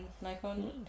Nikon